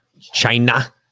China